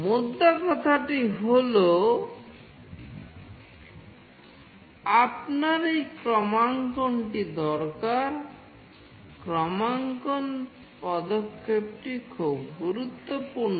মোদ্দা কথাটি হল আপনার এই ক্রমাঙ্কনটি দরকার ক্রমাঙ্কন পদক্ষেপটি খুব গুরুত্ব পূর্ণ